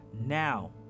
Now